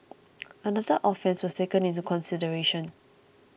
another offence was taken into consideration